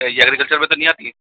ये एग्रीकल्चर में तो नहीं आती है